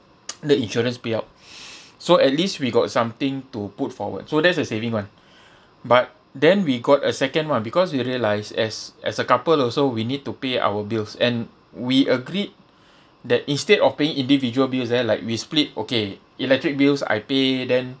the insurance payout so at least we got something to put forward so that's a saving [one] but then we got a second [one] because we realised as as a couple also we need to pay our bills and we agreed that instead of paying individual bills there like we split okay electric bills I pay then